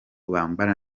bambara